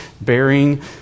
bearing